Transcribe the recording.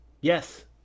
Yes